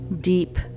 Deep